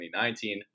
2019